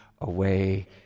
away